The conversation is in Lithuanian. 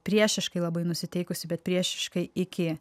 priešiškai labai nusiteikusi bet priešiškai iki